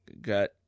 got